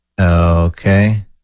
okay